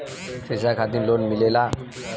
शिक्षा खातिन लोन मिलेला?